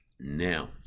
Now